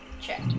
check